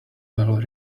bell